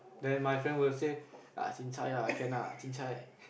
then my friend will say ah chincai can lah chincai